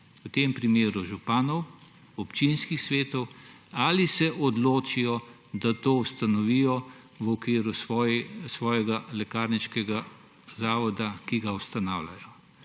v tem primeru županov, občinskih svetov, ali se odločijo, da to ustanovijo v okviru svojega lekarniškega zavoda, ki ga ustanavljajo.